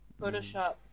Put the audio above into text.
Photoshop